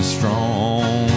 strong